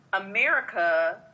America